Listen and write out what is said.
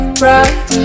bright